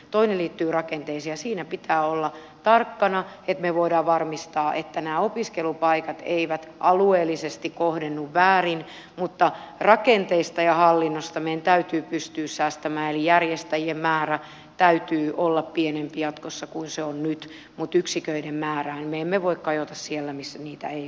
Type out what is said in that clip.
toinen liittyy rakenteisiin ja siinä pitää olla tarkkana että me voimme varmistaa että nämä opiskelupaikat eivät alueellisesti kohdennu väärin mutta rakenteista ja hallinnosta meidän täytyy pystyä säästämään eli järjestäjien määrän täytyy olla pienempi jatkossa kuin se on nyt mutta yksiköiden määrään me emme voi kajota siellä missä niitä ei ole paljon